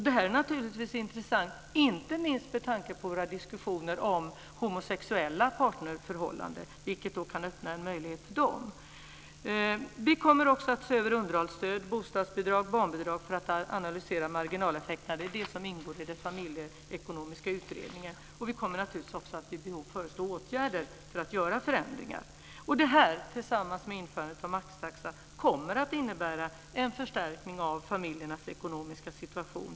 Detta är naturligtvis intressant, inte minst med tanke på våra diskussioner om homosexuella partnerförhållanden. Det här kan öppna en möjlighet för dem. Vi kommer också att se över underhållsstöd, bostadsbidrag och barnbidrag för att där analysera marginaleffekterna. Det är detta som ingår i den familjeekonomiska utredningen. Naturligtvis kommer vi att vid behov föreslå åtgärder för att genomföra förändringar. Det här tillsammans med införandet av maxtaxa kommer att innebära en förstärkning av familjernas ekonomiska situation.